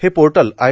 हे portal I